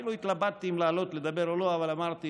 אפילו התלבטתי אם לעלות לדבר או לא אבל אמרתי